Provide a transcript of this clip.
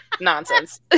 nonsense